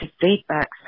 feedback